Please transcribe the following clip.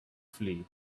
flee